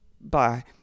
bye